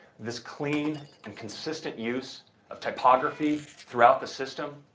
this clean and consistent use of typography throughout the system.